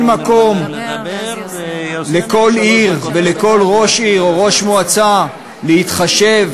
מקום לכל עיר ולכל ראש עיר או ראש מועצה להתחשב